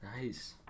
Nice